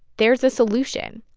there's a solution.